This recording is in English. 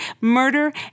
murder